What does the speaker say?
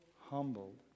humbled